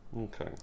Okay